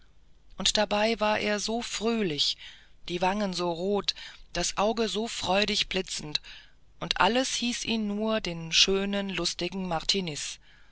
und dabei war er so fröhlich die wangen so rot das auge so freudig blitzend und alles hieß ihn nur den schönen lustigen martiniz